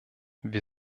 wir